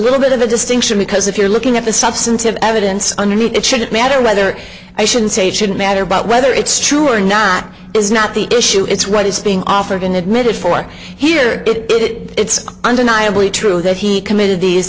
little bit of a distinction because if you're looking at the substantive evidence underneath it shouldn't matter whether i should say it shouldn't matter but whether it's true or not is not the issue it's what is being offered and admitted for here it did it it's undeniably true that he committed these